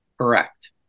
Correct